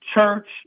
church